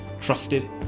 trusted